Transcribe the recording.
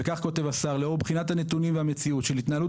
וכך כותב השר: לאור בחינת הנתונים והמציאות של התנהלות